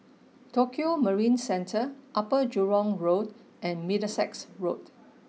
Tokio Marine Centre Upper Jurong Road and Middlesex Road